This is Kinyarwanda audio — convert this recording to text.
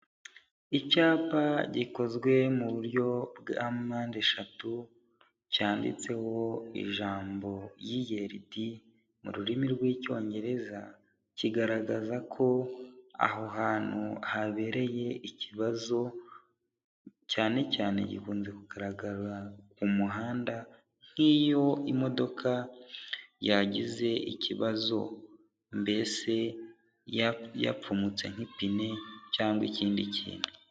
Icyapa gikozwe mu buryo bwa mpande eshatu cyanditseho ijambo yiyeridi mu rurimi rw'icyongereza, kigaragaza ko aho hantu habereye ikibazo cyane cyane gikunze kugaragara mu muhanda nk'iyo imodoka yagize ikibazo mbese yapfumutse nk'ipine cyangwa ikindi kintu.